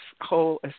whole